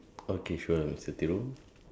okay sure Mister Thiru